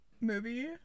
movie